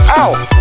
ow